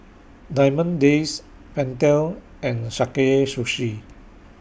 Diamond Days Pentel and Sakae Sushi